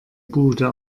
bude